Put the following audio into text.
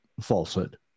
falsehood